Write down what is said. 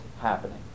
happening